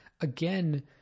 Again